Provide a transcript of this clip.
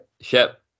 Shep